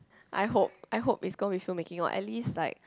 I hope I hope it's gonna be film making or at least like